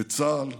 לצה"ל.